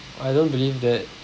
I don't believe that